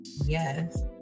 yes